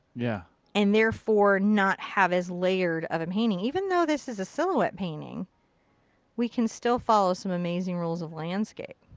yeah. cinnamon and therefore not have as layered of a painting. even though this is a silhouette painting we can still follow some amazing rules of landscape.